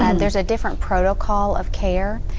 and there is a different protocol of care.